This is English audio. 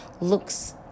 looks